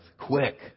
Quick